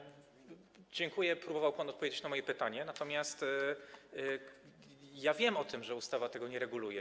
Panie ministrze, dziękuję, próbował pan odpowiedzieć na moje pytanie, natomiast ja wiem o tym, że ustawa tego nie reguluje.